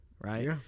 Right